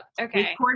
Okay